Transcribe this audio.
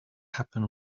happen